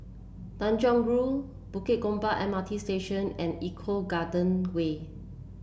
Tanjong Rhu Bukit Gombak M R T Station and Eco Garden Way